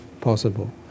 possible